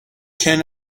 can